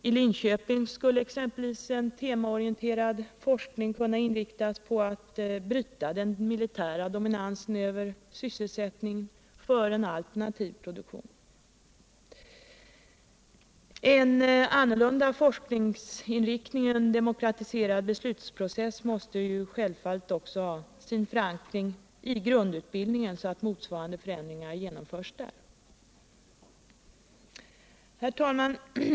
I Linköping skulle exempelvis en temaorienterad forskning 101 kunna inriktas på att bryta den militära dominansen över sysselsättningen genom en alternativ produktion. En annorlunda forskningsinriktning och en demokratiserad beslutsprocess måste självfallet också ha sin förankring i grundutbildningen, så att motsvarande förändringar genomförs där. Herr talman!